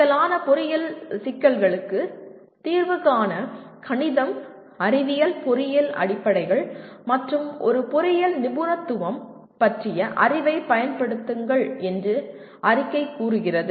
சிக்கலான பொறியியல் சிக்கல்களுக்கு தீர்வு காண கணிதம் அறிவியல் பொறியியல் அடிப்படைகள் மற்றும் ஒரு பொறியியல் நிபுணத்துவம் பற்றிய அறிவைப் பயன்படுத்துங்கள் என்று அறிக்கை கூறுகிறது